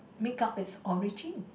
make up it's origin